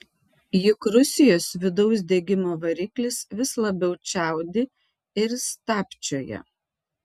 juk rusijos vidaus degimo variklis vis labiau čiaudi ir stabčioja